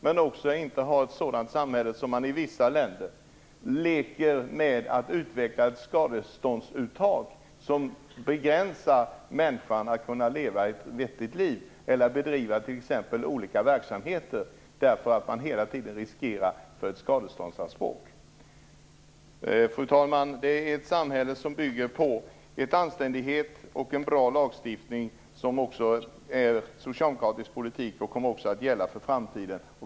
Vi skall inte ha ett samhälle där vi, som i vissa länder, utvecklat ett system med skadeståndsuttag som begränsar människans möjligheter att leva ett vettigt liv eller bedriva olika verksamheter därför att hon hela tiden riskerar skadeståndsanspråk. Fru talman! Det är ett samhälle som bygger på anständighet och en bra lagstiftning. Det är socialdemokratisk politik, och den kommer också att gälla för framtiden.